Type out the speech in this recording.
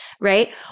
Right